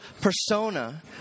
persona